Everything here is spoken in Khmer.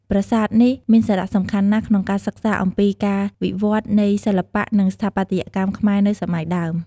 ប្រាសាទនេះមានសារៈសំខាន់ណាស់ក្នុងការសិក្សាអំពីការវិវឌ្ឍន៍នៃសិល្បៈ និងស្ថាបត្យកម្មខ្មែរនៅសម័យដើម។